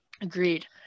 agreed